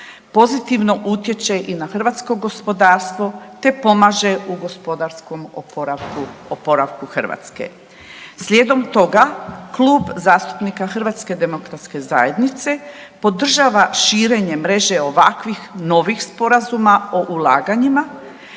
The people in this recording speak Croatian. pozitivno utječe i na hrvatsko gospodarstvo, te pomaže u gospodarskom oporavku, oporavku Hrvatske. Slijedom toga, Klub zastupnika HDZ-a podržava širenje mreže ovakvih novih sporazuma o ulaganjima,